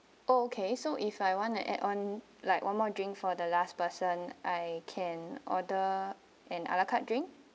okay so if I want to add on like one more drink for the last person I can order an ala carte drink